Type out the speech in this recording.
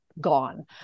gone